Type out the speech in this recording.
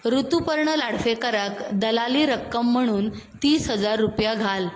ऋतुपर्ण लाडफेकारक दलाली रक्कम म्हणून तीस हजार रुपया घाल